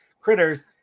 critters